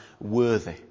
worthy